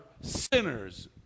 sinners